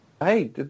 hey